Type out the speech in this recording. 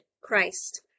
Christ